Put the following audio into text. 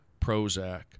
Prozac